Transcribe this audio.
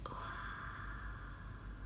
!wah!